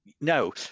no